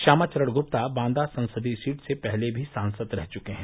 श्यामा चरण गुप्ता बांदा संसदीय सीट से पहले भी सांसद रह चुके हैं